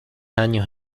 años